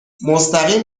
مستقیم